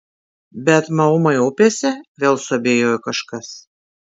bet maumai upėse vėl suabejojo kažkas